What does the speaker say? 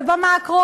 ובמקרו,